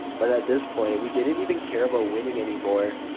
but at this point, we didn't even care about winning anymore.